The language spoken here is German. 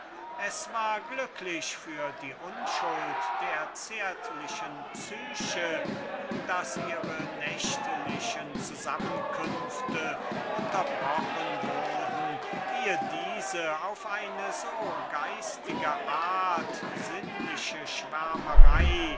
es war glücklich für die unschuld der zärtlichen psyche daß ihre nächtliche zusammenkünfte unterbrochen wurden eh diese auf eine so geistige art sinnliche